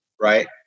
right